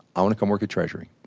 i want to come work at treasury.